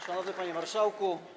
Szanowny Panie Marszałku!